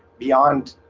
beyond,